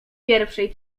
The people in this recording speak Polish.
pierwszej